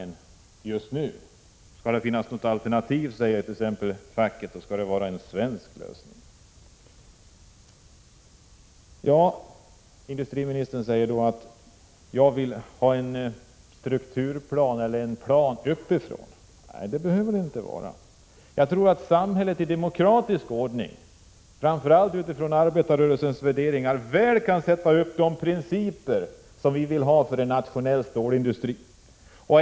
Om det skall vara ett alternativ, skall det vara en svensk lösning, säger exempelvis facket. Industriministern säger att jag vill ha en strukturplan som kommer uppifrån. Nej, så behöver det inte gå till. Jag tror att samhället i demokratisk ordning utifrån arbetarrörelsens värderingar kan sätta upp de principer som vi vill ha för en nationell stålindustri.